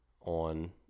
on